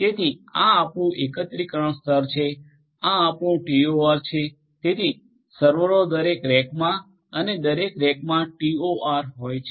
તેથી આ આપણું એકત્રીકરણ સ્તર છે આ આપણું ટીઓઆર છે તેથી સર્વરો દરેક રેકમાં અને દરેક રેકમાં ટીઓઆર હોય છે